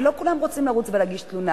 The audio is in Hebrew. ולא כולם רוצים לרוץ ולהגיש תלונה.